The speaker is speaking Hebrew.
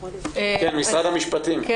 --- משרד המשפטים, בבקשה.